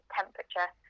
temperature